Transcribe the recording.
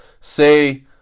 say